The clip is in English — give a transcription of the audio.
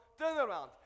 turnaround